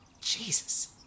Jesus